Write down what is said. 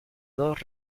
dos